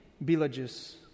villages